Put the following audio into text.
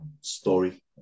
story